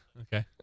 Okay